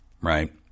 right